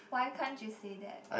why can't you say that